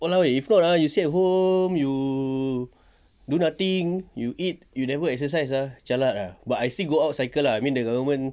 !walao! eh if not ah you stay at home you you do nothing you eat you never exercise ah jialat ah but I still go out cycle ah I mean the government